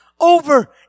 Over